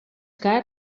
car